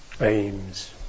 aims